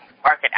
market